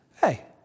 Hey